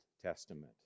Testament